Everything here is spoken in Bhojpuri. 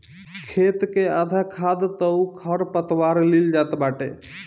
खेत कअ आधा खाद तअ खरपतवार लील जात बाटे